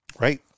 Right